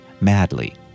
Madly